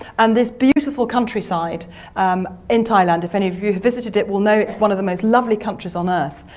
and this beautiful countryside in thailand, if any of you have visited it will know it's one of the most lovely countries on earth,